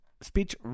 speech